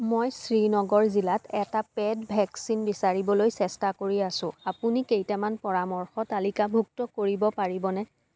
মই শ্ৰীনগৰ জিলাত এটা পেইড ভেকচিন বিচাৰিবলৈ চেষ্টা কৰি আছো আপুনি কেইটামান পৰামৰ্শ তালিকাভুক্ত কৰিব পাৰিবনে